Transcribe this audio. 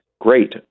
great